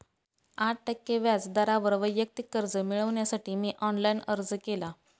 आठ टक्के व्याज दरावर वैयक्तिक कर्ज मिळविण्यासाठी मी ऑनलाइन अर्ज केला